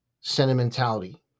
sentimentality